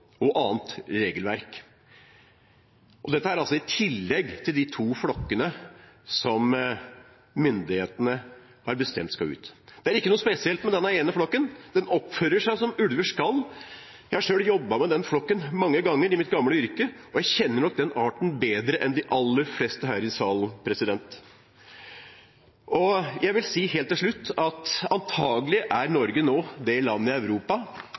og annet regelverk. Dette er altså i tillegg til de to flokkene som myndighetene har bestemt skal ut. Det er ikke noe spesielt med denne ene flokken, den oppfører seg som ulver skal. Jeg har selv jobbet med denne flokken mange ganger i mitt gamle yrke, og jeg kjenner nok denne arten bedre enn de aller fleste her i salen. Jeg vil si helt til slutt at antakelig er Norge veldig snart det landet i Europa